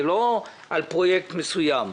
זה לא על פרויקט מסוים.